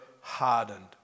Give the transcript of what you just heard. hardened